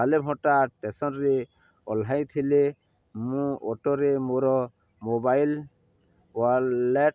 କଲେଭଟା ଷ୍ଟେସନରେ ଓହ୍ଲାଇଥିଲେ ମୁଁ ଅଟୋରେ ମୋର ମୋବାଇଲ ୱାଲେଟ